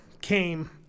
came